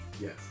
Yes